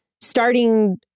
starting